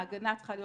ההגנה צריכה להיות